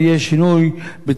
תוכל אחר כך להוסיף.